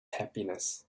happiness